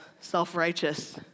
self-righteous